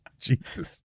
Jesus